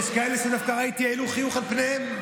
אתה אומר "דקות אחרונות" יש כאלה שדווקא ראיתי שהעלו חיוך על פניהם.